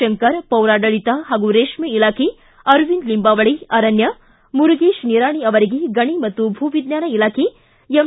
ತಂಕರ್ ಪೌರಾಡಳತ ಹಾಗೂ ರೇಷ್ನೆ ಇಲಾಖೆ ಅರವಿಂದ್ ಲಿಂಬಾವಳಿ ಅರಣ್ಣ ಮುರುಗೇಶ್ ನಿರಾಣಿ ಅವರಿಗೆ ಗಣಿ ಮತ್ತು ಭೂ ವಿಜ್ಞಾನ ಇಲಾಖೆ ಎಂ